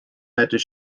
medru